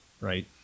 right